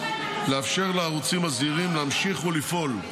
לאפשר לערוצים הזעירים להמשיך לפעול,